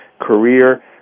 career